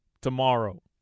tomorrow